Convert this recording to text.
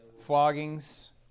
floggings